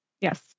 Yes